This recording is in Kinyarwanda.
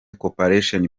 corporation